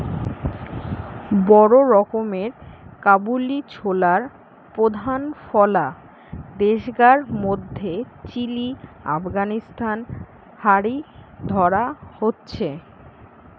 বড় রকমের কাবুলি ছোলার প্রধান ফলা দেশগার মধ্যে চিলি, আফগানিস্তান হারি ধরা হয়